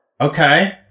Okay